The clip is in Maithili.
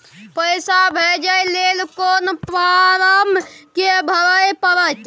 पैसा भेजय लेल कोन फारम के भरय परतै?